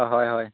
অঁ হয় হয়